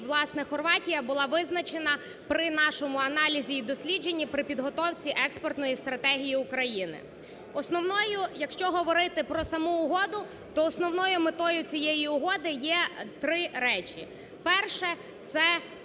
власне, Хорватія була визначена при нашому аналізі і дослідженні при підготовці експортної стратегії України. Основною, якщо говорити про саму угоду, то основною метою цієї угоди є три речі. Перше, це